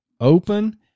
open